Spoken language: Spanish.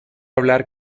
hablar